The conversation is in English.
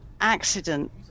accident